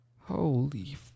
Holy